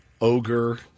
ogre